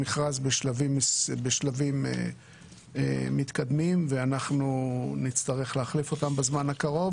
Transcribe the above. המכרז בשלבים מתקדמים ואנחנו נצטרך להחליף אותם בזמן הקרוב,